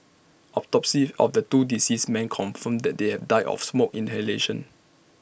autopsies on the two deceased men confirmed that they have died of smoke inhalation